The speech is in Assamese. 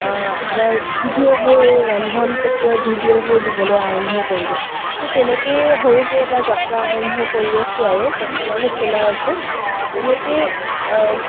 আপোনাৰ ভিডিঅ'বোৰ এই ৰন্ধন প্ৰক্ৰিয়াৰ ভিডিঅ'বোৰ দিবলৈ আৰম্ভ কৰিলোঁ সেই তেনেকৈয়ে সৰুকৈ এটা যাত্ৰা আৰম্ভ কৰি আছোঁ আৰু বৰ্তমানো চলাই আছোঁ তেনেকৈয়ে